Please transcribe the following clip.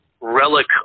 relic